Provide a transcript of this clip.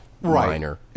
minor